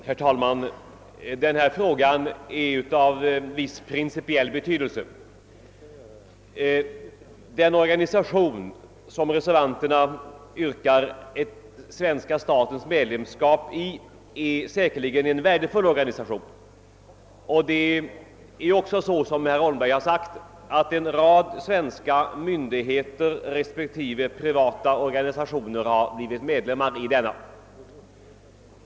Herr talman! Denna fråga är av principiell betydelse. Den organisation beträffande vilken reservanterna påyrkar svenska statens medlemskap är säkerligen i och för sig värdefull. Det förhåller sig också så, vilket herr Holmberg har sagt, att en del svenska myndigheter och privata sammanslutningar har blivit medlemmar i denna organisation.